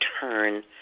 turn